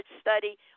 study